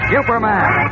Superman